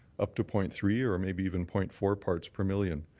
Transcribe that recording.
up to point three or maybe even point four parts per million.